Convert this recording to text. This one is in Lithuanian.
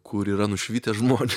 kur yra nušvitę žmonė